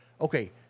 Okay